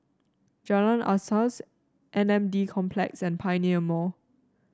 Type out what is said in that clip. Jalan Asas M N D Complex and Pioneer Mall